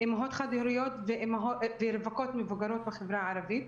אימהות חד-הוריות ורווקות מבוגרות בחברה הערבית.